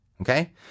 Okay